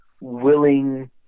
willing